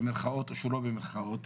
במירכאות או שלא במירכאות,